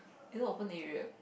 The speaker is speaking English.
it's all open area